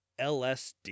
LSD